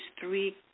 three